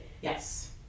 Yes